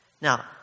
Now